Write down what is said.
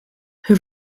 hun